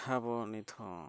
ᱟᱵᱚ ᱱᱤᱛ ᱦᱚᱸ